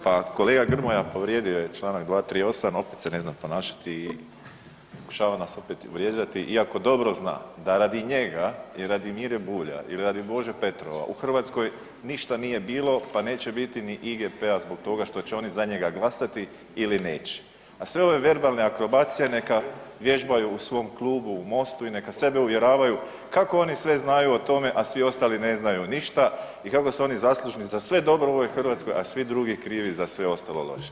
Pa kolega Grmoja povrijedio je čl. 238., opet se ne zna ponašati i pokušava nas opet vrijeđati iako dobro zna da radi njega i radi Mire Bulja i radi Bože Petrova u Hrvatskoj ništa nije bilo pa neće biti ni IGP-a zbog toga što će oni za njega glasati ili neće a sve ove verbalne akrobacije neka vježbaju u svom klubu u Mostu i neka sebe uvjeravaju kako oni sve znaju o tome a svi ostali ne znaju ništa i kako su oni zaslužni za sve dobro u ovoj Hrvatskoj, a svi drugi krivi za sve ostalo loše.